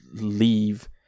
leave